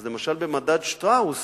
למשל: במדד שטראוס